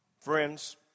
Friends